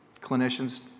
clinicians